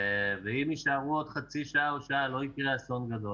ואם יישארו עוד חצי שעה או שעה לא יקרה אסון גדול.